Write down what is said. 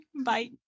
Bye